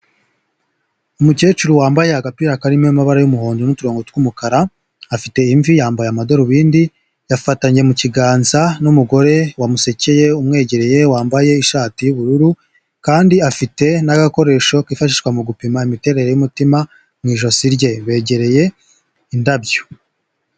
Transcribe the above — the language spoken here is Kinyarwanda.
Umukecuru wambaye agapira karimo amabara y'umuhondo n'uturongo tw'umukara, afite imvi, yambaye amadorubindi, yafatanye mu kiganza n'umugore wamusekeye, umwegereye, wambaye ishati y'ubururu, kandi afite n'agakoresho kifashishwa mu gupima imiterere y'umutima mu ijosi rye; begereye indabyo.